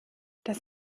das